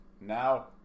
now